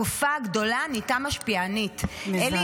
הקופה הגדולה נהייתה משפיענית!" מזעזע.